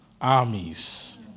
armies